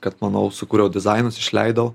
kad manau sukūriau dizainus išleidau